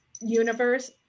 universe